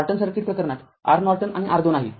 Norton circuit प्रकरणात R Norton आणि R २आहे